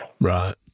Right